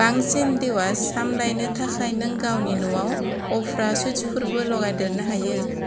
बांसिन डिवाइस साम्लायनो थाखाय नों गावनि न'आव उफ्रा सुइत्सफोरबो लागायदेरनो हायो